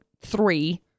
three